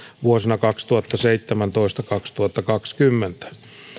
vuosina kaksituhattaseitsemäntoista viiva kaksituhattakaksikymmentä